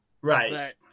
right